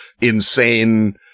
insane